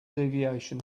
deviation